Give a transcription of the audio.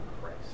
Christ